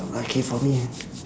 lucky for me